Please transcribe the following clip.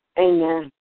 Amen